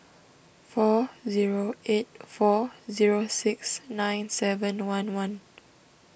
four zero eight four zero six nine seven one one